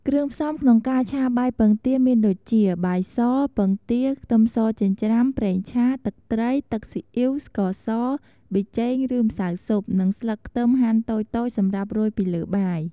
គ្រឿងផ្សំក្នុងការឆាបាយពងទាមានដូចជា បាយស ពងទា ខ្ទឹមសចិញ្ច្រាំ ប្រេងឆា ទឹកត្រី ទឹកស៊ីអ៊ីវ ស្ករស ប៊ីចេង ឬ ម្សៅស៊ុប និង ស្លឹកខ្ទឹមហាន់តូចៗសម្រាប់រោយពីលើបាយ។